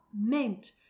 meant